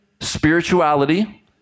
spirituality